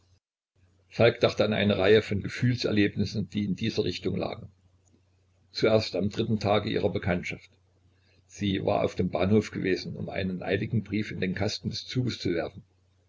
falk dachte an eine reihe von gefühlserlebnissen die in dieser richtung lagen zuerst am dritten tage ihrer bekanntschaft sie war auf dem bahnhof gewesen um einen eiligen brief in den kasten des zuges zu werfen